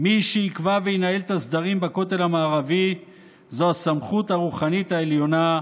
מי שיקבע וינהל את הסדרים בכותל המערבי זה הסמכות הרוחנית העליונה,